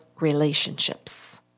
relationships